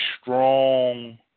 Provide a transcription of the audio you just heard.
strong